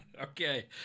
Okay